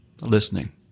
Listening